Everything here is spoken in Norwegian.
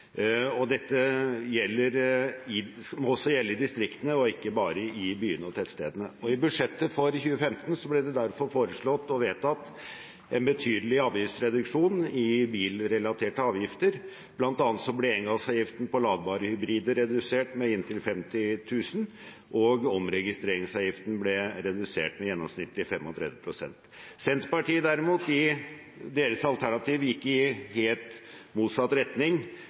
biler. Dette må også gjelde i distriktene og ikke bare i byene og tettstedene. I budsjettet for 2015 ble det derfor foreslått og vedtatt en betydelig avgiftsreduksjon i bilrelaterte avgifter, bl.a. ble engangsavgiften på ladbare hybrider redusert med inntil 50 000 kr, og omregistreringsavgiften ble redusert med gjennomsnittlig 35 pst. Senterpartiet, derimot, gikk i sitt alternativ i helt motsatt retning,